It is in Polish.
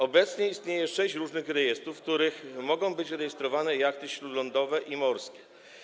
Obecnie istnieje sześć różnych rejestrów, w których mogą być rejestrowane jachty śródlądowe i morskie.